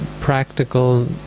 practical